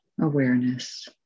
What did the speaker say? awareness